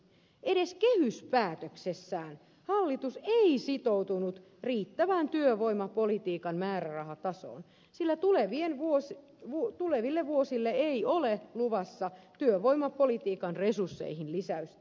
edes kehyspäätöksessään hallitus ei sitoutunut riittävään työvoimapolitiikan määrärahatasoon sillä tuleville vuosille ei ole luvassa työvoimapolitiikan resursseihin lisäystä